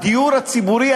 הדיור הציבורי,